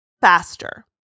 faster